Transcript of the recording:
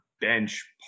bench